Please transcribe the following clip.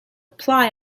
ply